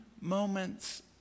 moments